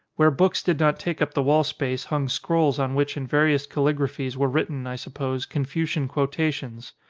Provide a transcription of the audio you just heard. where books did not take up the wall space hung scrolls on which in various callig raphies were written, i suppose, confucian quo tations.